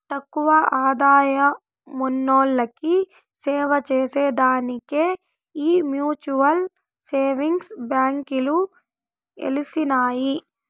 తక్కువ ఆదాయమున్నోల్లకి సేవచేసే దానికే ఈ మ్యూచువల్ సేవింగ్స్ బాంకీలు ఎలిసినాయి